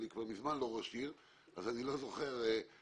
אני כבר מזמן לא ראש עירייה אז אני לא זוכר מתי